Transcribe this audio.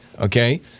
Okay